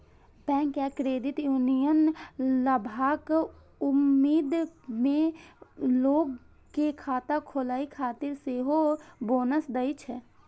bank या credit union लाभक उम्मीद मे लोग कें खाता खोलै खातिर सेहो बोनस दै छै